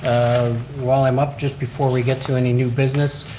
while i'm up just before we get to any new business,